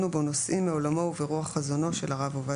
נושאים מעולמו וברוח חזונו של הרב עובדיה יוסף.